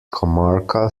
comarca